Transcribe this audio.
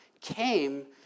came